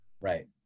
right